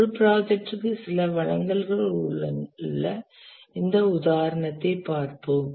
ஒரு ப்ராஜெக்டிற்கு சில வழங்கல்கள் உள்ள இந்த உதாரணத்தைப் பார்ப்போம்